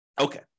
Okay